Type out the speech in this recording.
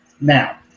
Now